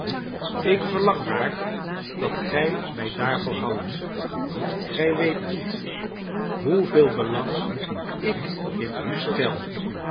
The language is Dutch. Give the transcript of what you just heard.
ik verlang maar dat gij mij daarvoor houdt gij weet niet hoeveel belang ik in u stel